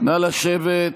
נא לשבת.